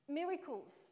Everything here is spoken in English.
miracles